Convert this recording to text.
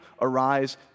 arise